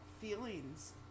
Feelings